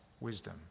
wisdom